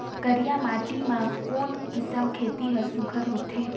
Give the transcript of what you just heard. करिया माटी मा कोन किसम खेती हर सुघ्घर होथे?